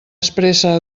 expressa